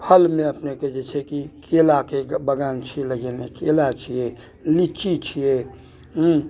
फलमे अपनेके जे छै कि केलाके बगान छियै लगेने केला छियै लीची छियै हूँ